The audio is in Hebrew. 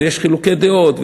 ויש חילוקי דעות,